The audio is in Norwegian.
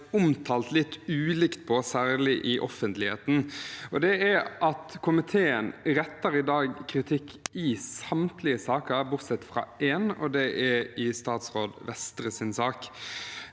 omtalt litt ulikt, særlig i offentligheten. Det er at komiteen i dag retter kritikk i samtlige saker bortsett fra én, og det er i statsråd Vestres sak.